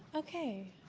okay.